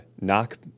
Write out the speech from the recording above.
knock